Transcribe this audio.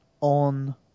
on